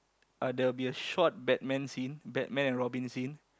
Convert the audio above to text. uh there will be a short Batman scene Batman and Robin scene